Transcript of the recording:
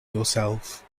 yourself